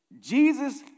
Jesus